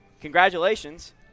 congratulations